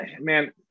man